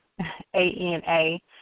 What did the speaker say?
A-N-A